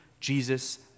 Jesus